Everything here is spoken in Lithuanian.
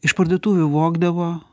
iš parduotuvių vogdavo